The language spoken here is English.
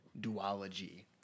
duology